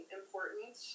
important